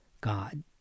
God